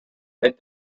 that